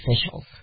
officials